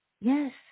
Yes